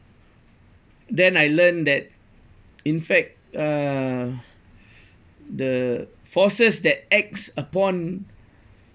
then I learned that in fact uh the forces that acts upon